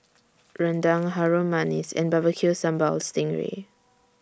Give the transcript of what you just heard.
Rendang Harum Manis and Barbecue Sambal Sting Ray